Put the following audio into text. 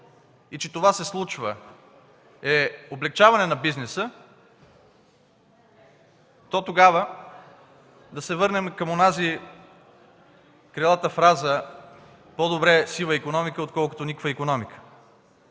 и че това се случва е облекчаване на бизнеса, то тогава да се върнем към онази крилата фраза: „По-добре сива икономика, отколкото никаква”.